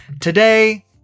Today